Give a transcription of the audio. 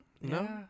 No